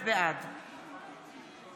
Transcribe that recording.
בעד